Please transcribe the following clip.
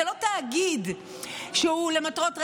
זה לא תאגיד שהוא למטרות רווח,